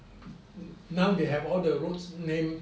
now they have all the roads name